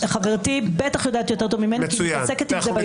חברתי בטח יודעת טוב ממני כי היא מתעסקת בזה ביום יום.